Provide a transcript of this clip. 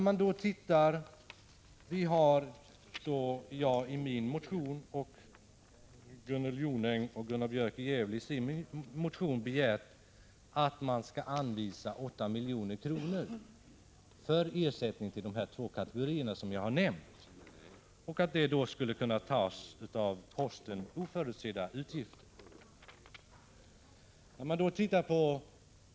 Jag har i min motion — och Gunnel Jonäng och Gunnar Björk i Gävle har i sin motion — begärt att 8 milj.kr. skall anvisas som ersättning till de två kategorier som jag har nämnt samt att pengarna skulle kunna tas från posten oförutsedda utgifter.